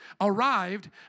arrived